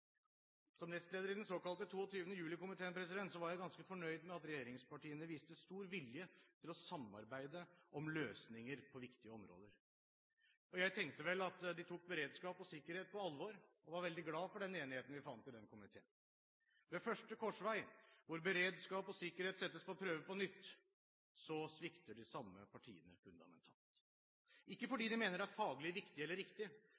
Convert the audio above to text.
Som nestleder i den såkalte 22. juli-komiteen var jeg ganske fornøyd med at regjeringspartiene viste stor vilje til å samarbeide om løsninger på viktige områder. Jeg tenkte vel at de tok beredskap og sikkerhet på alvor, og var veldig glad for den enigheten vi fant i komiteen. Ved første korsvei hvor beredskap og sikkerhet settes på prøve på nytt, svikter de samme partiene fundamentalt – ikke fordi de mener det er faglig viktig eller riktig,